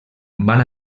van